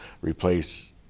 replace